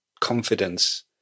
confidence